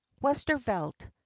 Westervelt